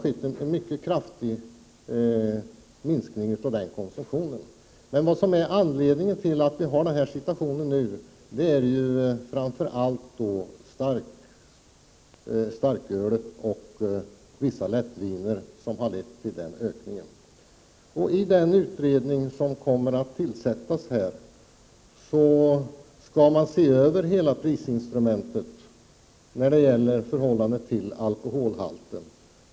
Men anledningen till den nuvarande situationen med en ökning av alkoholkonsumtionen är framför allt starkölet och vissa lättviner. Den utredning som kommer att tillsättas skall se över hela prisinstrumentet när det gäller förhållandet till alkoholhalten.